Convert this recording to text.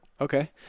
Okay